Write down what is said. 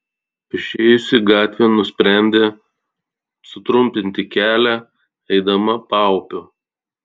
išėjusi gatvėn nusprendė sutrumpinti kelią eidama paupiu